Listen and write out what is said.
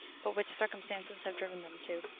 but which circumstances have driven them to.